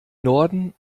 norden